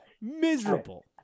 Miserable